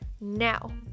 now